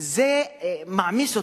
זה מעמיס עליו,